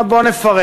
עכשיו בוא נפרט.